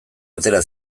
atera